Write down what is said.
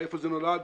מאיפה זה נולד,